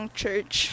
church